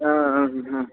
हा ह